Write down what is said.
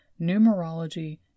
numerology